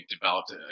developed